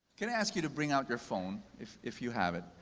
can i ask you to bring out your phone? if if you have it.